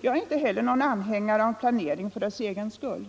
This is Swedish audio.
Jag är inte heller någon anhängare av planering för dess egen skull.